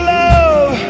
love